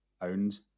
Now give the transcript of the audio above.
owned